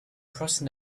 crossing